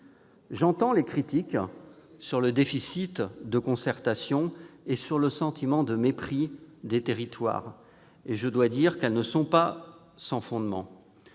J'entends les critiques sur le déficit de concertation et sur le sentiment de mépris des territoires et je dois dire qu'elles ne sont pas sans fondement.